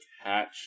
hatch